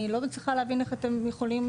אני לא מצליחה להבין איך אתם יכולים